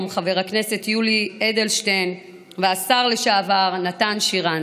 חבר הכנסת יולי אדלשטיין והשר לשעבר נתן שרנסקי.